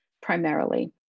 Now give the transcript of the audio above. primarily